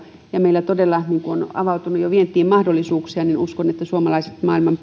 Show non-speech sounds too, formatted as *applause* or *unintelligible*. meillä todella on jo avautunut vientiin mahdollisuuksia ja uskon että suomalaisille maailman *unintelligible*